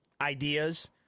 ideas